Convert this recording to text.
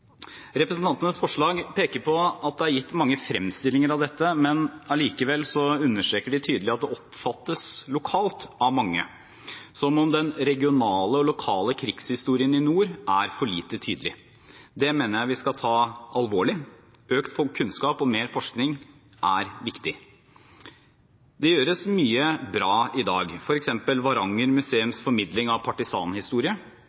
Representantenes forslag peker på at det er gitt mange fremstillinger av dette, men allikevel understreker de tydelig at det oppfattes lokalt av mange som om den regionale og lokale krigshistorien i nord er for lite tydelig. Det mener jeg vi skal ta alvorlig. Økt kunnskap og mer forskning er viktig. Det gjøres mye bra i dag, f.eks. Varanger museums formidling av partisanhistorie,